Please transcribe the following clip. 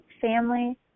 family